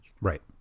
Right